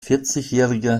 vierzigjähriger